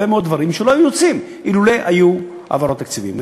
הרבה מאוד דברים שלא היו יוצאים אילולא היו העברות תקציבים.